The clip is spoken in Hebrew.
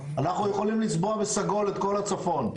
אנחנו יכולים לצבוע בסגול את כל הצפון,